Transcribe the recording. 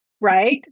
Right